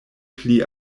pli